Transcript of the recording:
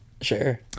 sure